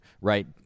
right